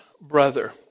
brother